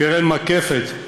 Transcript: "קרן מקפת,